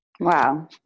Wow